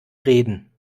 reden